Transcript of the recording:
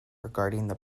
regarding